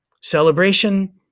Celebration